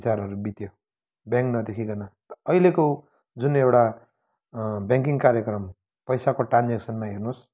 बिचाराहरू बित्यो ब्याङ्क नदेखिकन अहिलेको जुन एउटा ब्याङ्किङ कार्यक्रम पैसाको ट्रान्जेक्सनमा हेर्नुहोस्